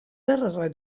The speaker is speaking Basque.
erre